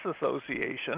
Association